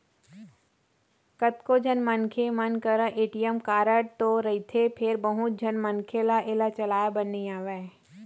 कतको झन मनखे मन करा ए.टी.एम कारड तो रहिथे फेर बहुत झन मनखे ल एला चलाए बर नइ आवय